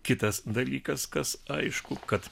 kitas dalykas kas aišku kad